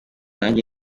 nanjye